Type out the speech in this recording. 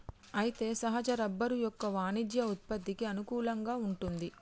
అయితే సహజ రబ్బరు యొక్క వాణిజ్య ఉత్పత్తికి అనుకూలంగా వుంటుంది